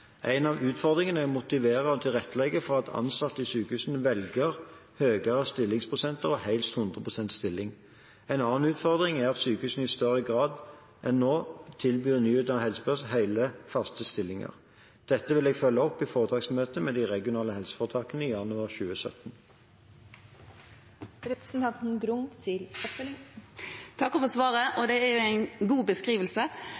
En av utfordringene er å motivere og tilrettelegge for at ansatte i sykehusene velger høyere stillingsprosenter, helst 100 pst. stilling. En annen utfordring er at sykehusene i større grad enn nå bør tilby nyutdannet helsepersonell hele faste stillinger. Dette vil jeg følge opp i foretaksmøtet med de regionale helseforetakene i januar